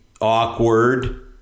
awkward